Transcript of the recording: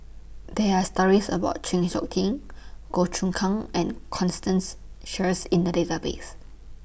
There Are stories about Chng Seok Tin Goh Choon Kang and Constance Sheares in The Database